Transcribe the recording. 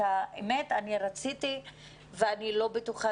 אני לא בטוחה